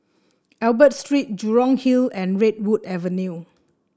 Albert Street Jurong Hill and Redwood Avenue